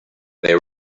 they